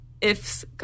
ifs